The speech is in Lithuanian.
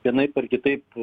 vienaip ar kitaip